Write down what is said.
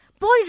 boys